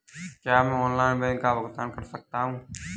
क्या मैं online bill का भुगतान कर सकता हूँ?